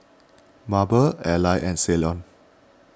Mable Alvy and Ceylon